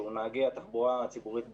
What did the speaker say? שהוא נהגי התחבורה הציבורית בישראל,